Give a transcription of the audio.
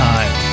Time